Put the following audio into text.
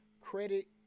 credit